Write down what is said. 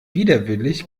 widerwillig